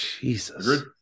Jesus